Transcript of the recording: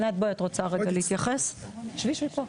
לא,